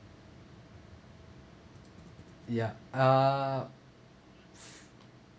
ya uh